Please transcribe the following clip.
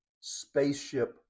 spaceship